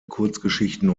kurzgeschichten